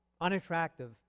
unattractive